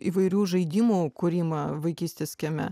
įvairių žaidimų kūrimą vaikystės kieme